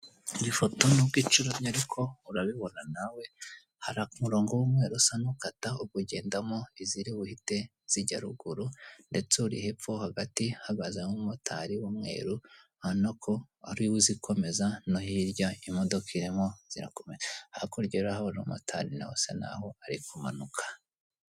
Iyi foto n'bwo ucuramye ariko urabibona nawe hari umurongo w'umweru usa n'ukata ubwo ugendamo iziri buhite zijya ruguru, ndetse uri hepfo hagati hahagaze umotari w'umweru urabona hari n'izikomeza no hirya imodoka irimo zirakomeza, hakurya rero turahabona umu motari nawe asa naho ari kumanuka.